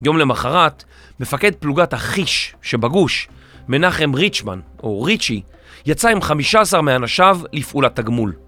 יום למחרת, מפקד פלוגת החיש שבגוש, מנחם ריצ'מן, או ריצ'י, יצא עם 15 מאנשיו לפעולת תגמול.